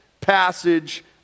passage